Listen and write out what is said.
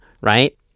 right